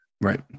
right